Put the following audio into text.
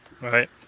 Right